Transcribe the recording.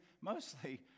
mostly